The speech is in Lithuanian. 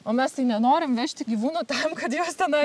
o mes tai nenorim vežti gyvūnų tam kad juos tenai